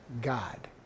God